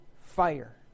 fire